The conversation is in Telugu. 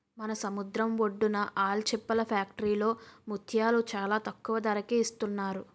మన సముద్రం ఒడ్డున ఆల్చిప్పల ఫ్యాక్టరీలో ముత్యాలు చాలా తక్కువ ధరకే ఇస్తున్నారు